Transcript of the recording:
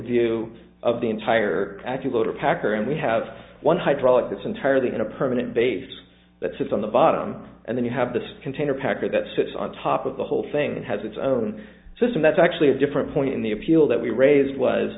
view of the entire active order packer and we have one hydraulic that's entirely in a permanent base that sits on the bottom and then you have this container packet that sits on top of the whole thing and has its own system that's actually a different point in the appeal that we raised was